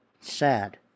sad